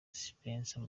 spencer